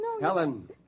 Helen